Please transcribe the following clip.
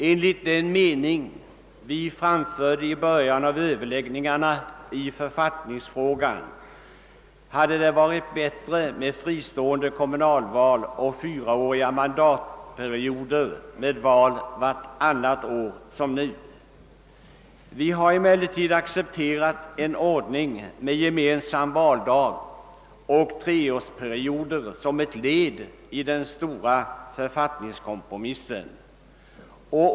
Enligt den mening vi framförde i början av överläggningarna i författningsfrågan hade det varit bättre med fristående kommunalval och fyraåriga mandatperioder med val vartannat år som nu. Vi har emellertid accepterat en ordning med gemensam valdag och treårsperioder som ett led i den stora författningskompromissen.